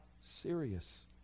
serious